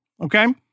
okay